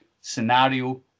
scenario